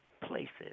places